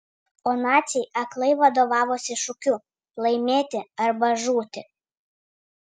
o naciai aklai vadovavosi šūkiu laimėti arba žūti